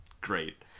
great